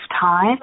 time